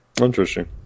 Interesting